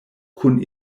kun